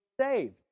saved